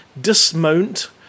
dismount